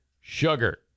sugar